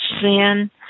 sin